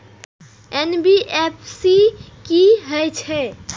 NBFC की हे छे?